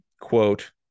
quote